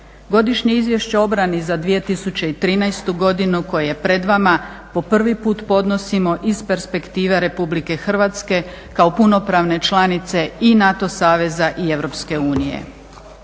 Godišnje izvješće o obrani za 2013. godinu koje je pred vama po prvi put podnosimo iz perspektive Republike Hrvatske kao punopravne članice i NATO saveza i